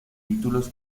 títulos